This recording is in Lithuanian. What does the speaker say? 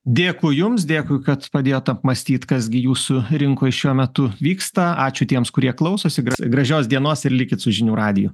dėkui jums dėkui kad padėjot apmąstyt kas gi jūsų rinkoj šiuo metu vyksta ačiū tiems kurie klausosi gražios dienos ir likit su žinių radiju